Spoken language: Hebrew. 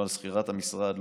לא על שכירת המשרד,